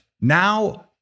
Now